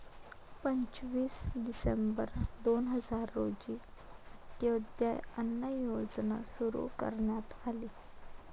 पंचवीस डिसेंबर दोन हजार रोजी अंत्योदय अन्न योजना सुरू करण्यात आली